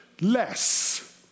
less